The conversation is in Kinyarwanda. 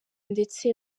ndetse